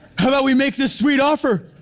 hello we made this sweet offer.